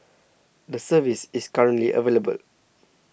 the service is currently available